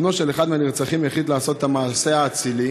בנו של אחד מהנרצחים החליט לעשות את המעשה האצילי